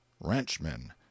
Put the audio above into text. ranchmen